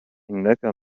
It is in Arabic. إنك